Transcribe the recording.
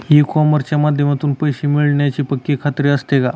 E कॉमर्सच्या माध्यमातून पैसे मिळण्याची पक्की खात्री असते का?